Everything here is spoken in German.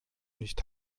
nicht